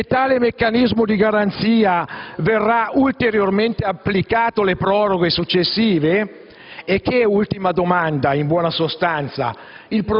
Che tale meccanismo di garanzia verrà ulteriormente applicato alle proroghe successive? E che, ultima domanda, il prolungamento